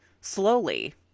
slowly